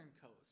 coast